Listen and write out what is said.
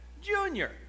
junior